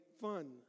fun